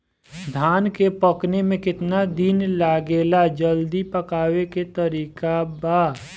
धान के पकने में केतना दिन लागेला जल्दी पकाने के तरीका बा?